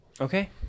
Okay